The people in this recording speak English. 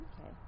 Okay